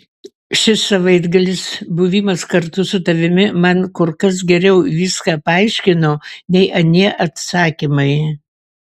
šis savaitgalis buvimas kartu su tavimi man kur kas geriau viską paaiškino nei anie atsakymai